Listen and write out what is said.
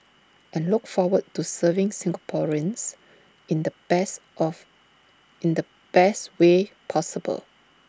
and look forward to serving Singaporeans in the best of in the best way possible